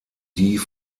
die